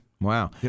Wow